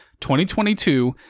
2022